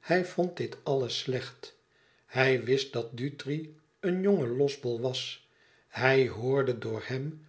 hij vond dit alles slecht hij wist dat dutri een jonge losbol was hij hoorde door hem